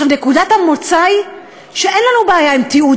נקודת המוצא היא שאין לנו בעיה עם תיעוד